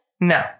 No